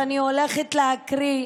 שאני הולכת להקריא,